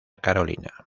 carolina